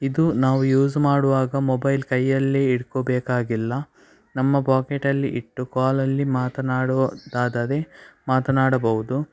ಇದು ನಾವು ಯೂಸ್ ಮಾಡುವಾಗ ಮೊಬೈಲ್ ಕೈಯಲ್ಲಿ ಹಿಡ್ಕೊ ಬೇಕಾಗಿಲ್ಲ ನಮ್ಮ ಪಾಕೆಟಲ್ಲಿ ಇಟ್ಟು ಕಾಲಲ್ಲಿ ಮಾತನಾಡುವ ದಾದರೆ ಮಾತನಾಡಬಹುದು